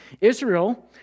Israel